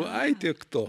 ai tiek to